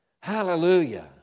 Hallelujah